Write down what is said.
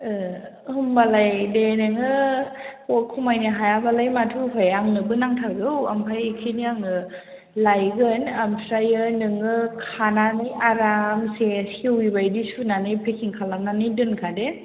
होमबालाय दे नोङो खमायनो हायाबालाय माथो उफाय आंनोबो नांथारगौ ओमफ्राय बेखौनो आङो लायगोन ओमफ्रायो नोङो खानानै आरामसे सेवैबायदि सुनानै पेकिं खालामनानै दोनखादो